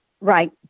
Right